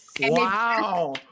wow